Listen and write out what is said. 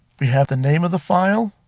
we have the name of the file,